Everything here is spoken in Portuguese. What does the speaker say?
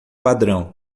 padrão